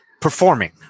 performing